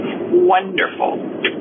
wonderful